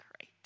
Great